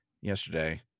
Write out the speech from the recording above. yesterday